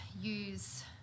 use